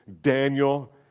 Daniel